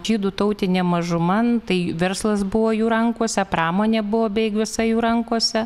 žydų tautinė mažuma tai verslas buvo jų rankose pramonė buvo beveik visa jų rankose